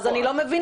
אז אני לא מבינה.